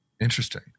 Interesting